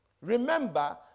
Remember